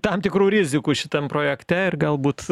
tam tikrų rizikų šitam projekte ir galbūt